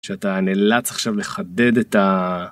כשאתה נאלץ עכשיו לחדד את ה...